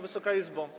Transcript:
Wysoka Izbo!